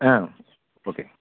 ஆ okay